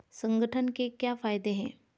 संगठन के क्या फायदें हैं?